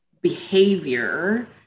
behavior